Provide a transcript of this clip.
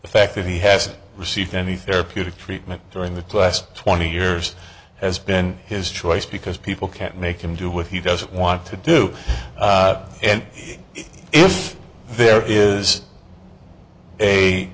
the fact that he hasn't received any therapeutic treatment during the last twenty years has been his choice because people can't make him do what he doesn't want to do and if there is a